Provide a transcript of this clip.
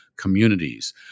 communities